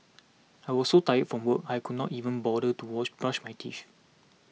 I was so tired from work I could not even bother to wash brush my teeth